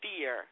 fear